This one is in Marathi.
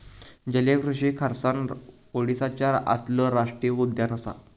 जलीय कृषि खारसाण ओडीसाच्या आतलो राष्टीय उद्यान असा